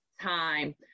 time